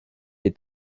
est